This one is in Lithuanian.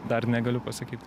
dar negaliu pasakyt